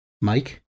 Mike